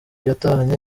yatahanye